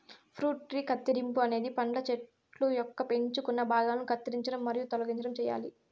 fruit tree కత్తిరింపు అనేది పండ్ల చెట్టు యొక్క ఎంచుకున్న భాగాలను కత్తిరించడం మరియు తొలగించడం చేయాలి